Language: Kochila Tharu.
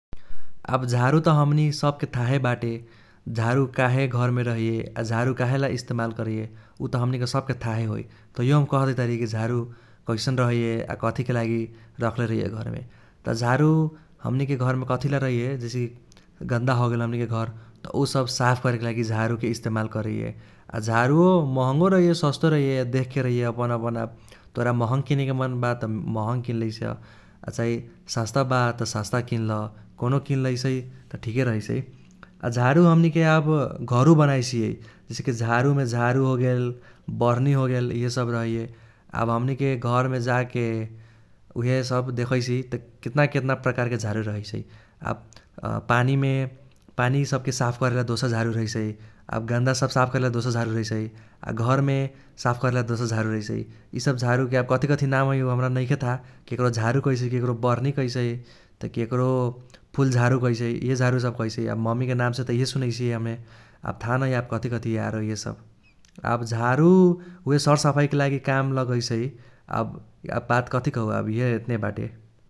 आब झारू त हमनीके सबके थाहे बाटे । झारू काहे घरमे रहैये, आ झारू काहलेला इस्तमाल करैये उ त हमनीके सबके थाहे होइ । तैयो हम कहदेइततारी कि झारू कैसन रहैये आ कथीके लागि रख्ले रहैये घरमे । त झारू हमनीके घरमे कथिला रहैए जैसे कि गन्दा होगेल हमनीके घर त उसब साफ करेके लागि झारूके इस्तमाल करैये। आ झारू महँगो रहैये सस्तो रहैये देखके रहैये अपन अपन आब, तोरा महँग किनेके मन बा त महँग किन्लैस आ चाही सस्ता बा त सस्ता किन्ल, कौनों किन्लेईसै त ठीके रहैसै । आ झारू हमनीके आब घरहु बनाइसियै, जैसे कि झारूमे झारू होगेल, बर्हनि होगेल इहेसब रहैये । आब हमनीके घरमे जाके उइहेसब देखैसि त केतना केतना प्रकारके झारू रहैसै। आब पानिमे पानी सबके साफ करेला दोसर झारू रहैसै । आब गन्दा सब साफ करेला दोसर झारू रहैसै, आ घरमे साफ करेला दोसर झारू रहैसै । इसब झारूके आब कथी कथी नाऊ है उ हम्रा नैखे थाह, केक्रो झारू कहैसै, केक्रो बर्हनि कहैसै, त केक्रो फूल झारू कहैसै इहे झारू सब कहैसै । आ ममीके नामसे त इहे सुनैसि हमे । आब थाह नहै आब कथी कथी आरो इहेसब । आब झारू उहे सर सफाईके लागि काम लगैसै आब आब बात कथी कहू आब इहे एतने बाते ।